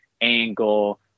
Angle